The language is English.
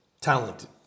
Talented